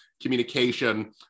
communication